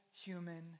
human